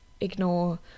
ignore